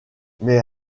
mais